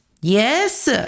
Yes